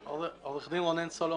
עו"ד רונן סולומון,